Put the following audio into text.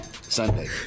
Sunday